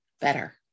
better